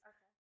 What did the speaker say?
Okay